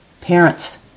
Parents